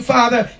Father